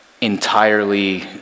entirely